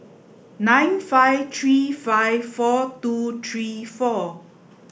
nine five three five four two three four